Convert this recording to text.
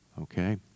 okay